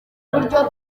buryo